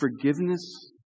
forgiveness